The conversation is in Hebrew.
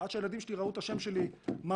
עד שהילדים שלי ראו את השם שלי מרוח,